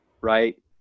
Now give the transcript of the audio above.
right